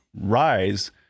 rise